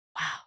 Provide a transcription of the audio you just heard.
wow